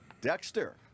Dexter